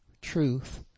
truth